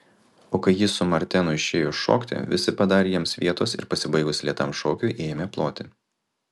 o kai ji su martenu išėjo šokti visi padarė jiems vietos ir pasibaigus lėtam šokiui ėmė ploti